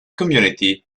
community